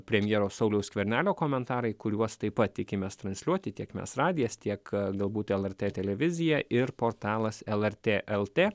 premjero sauliaus skvernelio komentarai kuriuos taip pat tikimės transliuoti tiek mes radijas tiek galbūt lrt televizija ir portalas lrt lt